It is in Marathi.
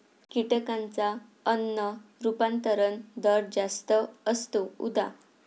कीटकांचा अन्न रूपांतरण दर जास्त असतो, उदा